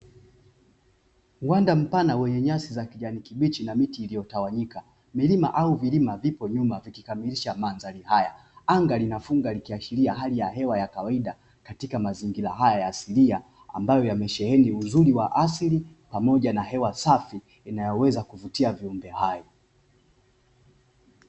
Uwanda mpana wenye nyasi za kijani kibichi na miti iliyotawanyika. Milima au vilima vipo nyuma vikikamilisha mandhari haya. Anga linafunga ikiashiria hali ya hewa ya kawaida katika mazingira haya asilia ambayo yamesheheni uzuri wa asili pamoja na hewa safi inayoweza kuvutia viumbe hai.